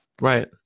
Right